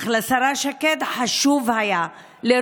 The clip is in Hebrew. אך לשרה שקד היה חשוב לרמוס,